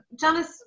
janice